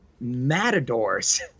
matadors